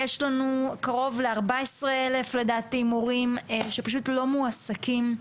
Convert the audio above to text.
יש לנו קרוב ל-14,000 מורים שפשוט לא מועסקים.